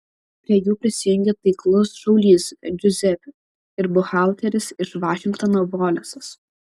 prie jų prisijungia taiklus šaulys džiuzepė ir buhalteris iš vašingtono volesas